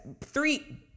three